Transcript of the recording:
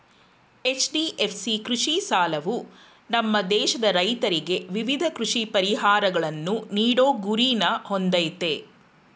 HDFC ಕೃಷಿ ಸಾಲವು ನಮ್ಮ ದೇಶದ ರೈತ್ರಿಗೆ ವಿವಿಧ ಕೃಷಿ ಪರಿಹಾರಗಳನ್ನು ನೀಡೋ ಗುರಿನ ಹೊಂದಯ್ತೆ